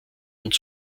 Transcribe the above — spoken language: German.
und